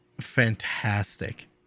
fantastic